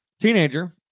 teenager